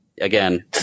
again